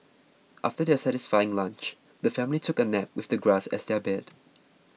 after their satisfying lunch the family took a nap with the grass as their bed